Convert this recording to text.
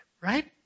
Right